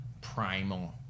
primal